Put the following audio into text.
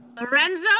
lorenzo